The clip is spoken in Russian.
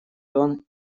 тон